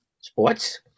sports